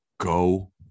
Go